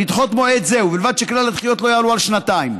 לדחות מועד זה ובלבד שכלל הדחיות לא יעלו על שנתיים.